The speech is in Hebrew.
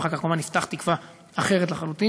ולאחר מכן כמובן נפתח תקווה אחרת לחלוטין,